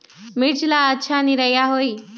मिर्च ला अच्छा निरैया होई?